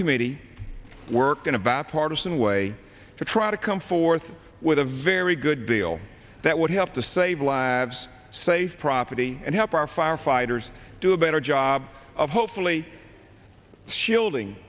committee worked in a bipartisan way to try to come forth with a very good deal that would help to save lives saved property and help our firefighters do a better job of hopefully shielding